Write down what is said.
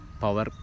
power